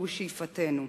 שהוא שאיפתנו.